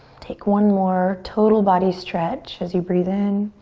take one more total body stretch as you breathe in.